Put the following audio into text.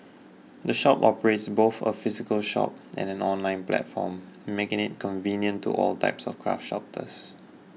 the shop operates both a physical shop and an online platform making it convenient to all types of craft